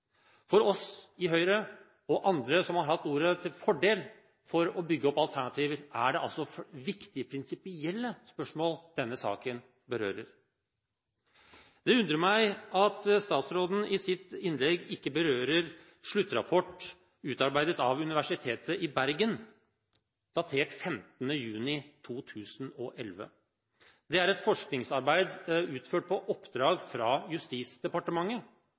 For oss i Høyre og andre som har hatt ordet til fordel for å bygge opp alternativer, er det altså viktige prinsipielle spørsmål denne saken berører. Det undrer meg at statsråden i sitt innlegg ikke berører sluttrapporten utarbeidet av Universitetet i Bergen datert 15. juni 2011. Det er et forskningsarbeid utført på oppdrag fra Justisdepartementet,